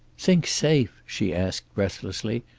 think safe? she asked, breathlessly.